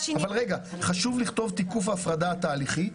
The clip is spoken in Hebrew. חשוב לכתוב תיקוף הפרדה תהליכית.